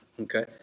Okay